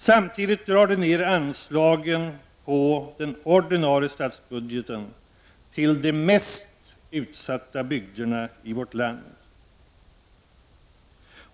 Samtidigt drar regeringen ner anslagen i den ordinarie statsbudgeten för de mest utsatta bygderna i vårt land.